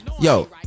Yo